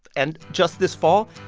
and just this fall,